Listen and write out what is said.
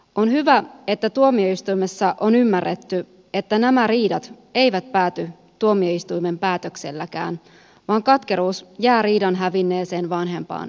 on hyvä että tuomioistuimessa on ymmärretty että nämä riidat eivät pääty tuomioistuimen päätökselläkään vaan katkeruus jää elämään riidan hävinneeseen vanhempaan